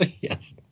Yes